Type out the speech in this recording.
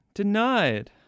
denied